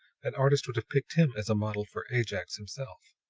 an artist would have picked him as a model for ajax himself.